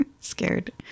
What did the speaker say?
Scared